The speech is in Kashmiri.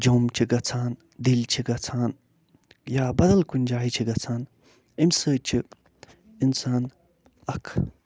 جۄم چھِ گَژھان دِلہِ چھِ گژھان یا بدل کُنہِ جاے چھِ گَژھان امہِ سۭتۍ چھِ اِنسان اکھ